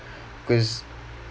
cause